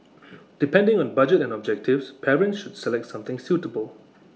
depending on budget and objectives parents should select something suitable